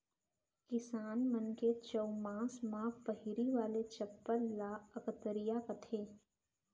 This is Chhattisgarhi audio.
किसान मन के चउमास म पहिरे वाला चप्पल ल अकतरिया कथें